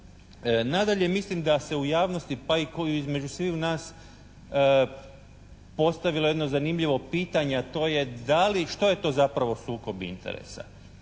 Nadalje mislim da se u javnosti pa i koji između sviju nas postavilo jedno zanimljivo pitanje a to je što je to zapravo sukob interesa?